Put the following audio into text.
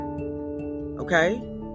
Okay